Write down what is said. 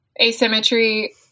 asymmetry